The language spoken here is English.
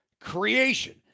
creation